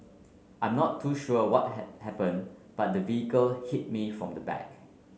I'm not too sure what had happened but the vehicle hit me from the back